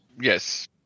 Yes